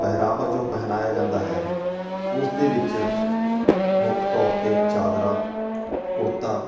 ਪਹਿਰਾਵਾ ਜੋ ਪਹਿਨਾਇਆ ਜਾਂਦਾ ਹੈ ਉਸ ਦੇ ਵਿੱਚ ਮੁੱਖ ਤੌਰ 'ਤੇ ਚਾਦਰਾ ਕੁੜਤਾ